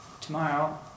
tomorrow